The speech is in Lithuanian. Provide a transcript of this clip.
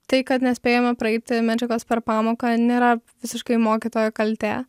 tai kad nespėjame praeiti medžiagos per pamoką nėra visiškai mokytojo kaltė